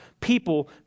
people